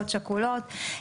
התקציב.